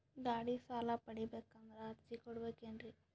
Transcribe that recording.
ಗಾಡಿ ಸಾಲ ಪಡಿಬೇಕಂದರ ಅರ್ಜಿ ಕೊಡಬೇಕೆನ್ರಿ?